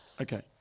Okay